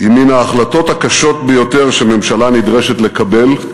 הן מן ההחלטות הקשות ביותר שממשלה נדרשת לקבל,